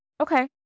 Okay